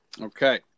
Okay